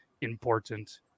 important